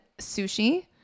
Sushi